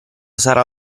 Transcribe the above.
sarà